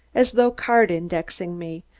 as though card-indexing me,